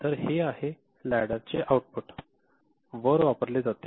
तर हे आहे लॅडर चे आउटपुट वर वापरले जाते